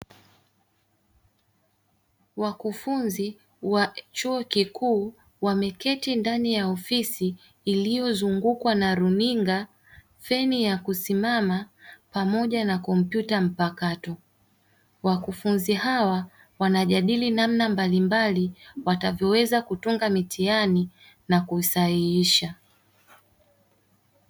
Wakufunzi wa chuo kikuu wameketi ndani ya ofisi iliyozungukwa na runinga, feni ya kusimama pamoja na kompyuta mpakato, wakufunzi hawa wanajadili namna mbalimbali watakavyoweza kutunga mitihani na kusahihisha.